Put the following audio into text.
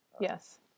Yes